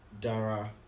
dara